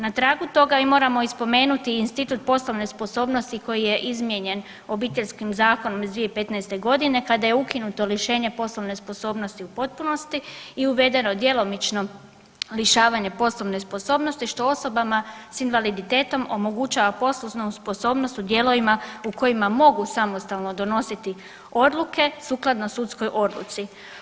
Na tragu toga mi moramo i spomenuti institut poslovne sposobnosti koji je izmijenjen Obiteljskim zakonom iz 2015. godine kada je ukinuto lišenje poslovne sposobnosti u potpunosti i uvedeno djelomično lišavanje poslovne sposobnosti što osobama sa invaliditetom omogućava poslovnu sposobnost u dijelovima u kojima mogu samostalno donositi odluke sukladno sudskoj odluci.